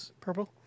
purple